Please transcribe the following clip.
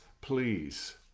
please